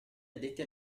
addetti